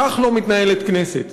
כך לא מתנהלת כנסת.